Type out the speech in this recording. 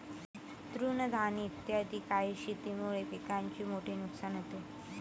तृणधानी इत्यादी काही शेतीमुळे पिकाचे मोठे नुकसान होते